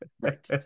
Right